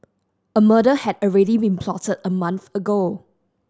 a murder had already been plotted a month ago